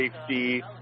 safety